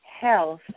health